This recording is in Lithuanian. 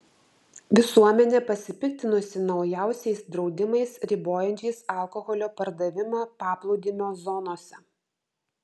visuomenė pasipiktinusi naujausiais draudimais ribojančiais alkoholio pardavimą paplūdimio zonose